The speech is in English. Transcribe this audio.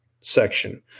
section